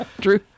True